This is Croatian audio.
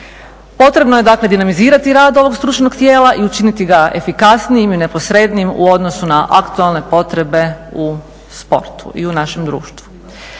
Potrebno je dakle dinamizirati rad ovog stručnog tijela i učiniti ga efikasnijim i neposrednijim u odnosu na aktualne potrebe u sportu i u našem društvu